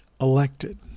elected